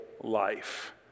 life